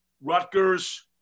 Rutgers